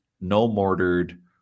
no-mortared